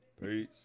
Peace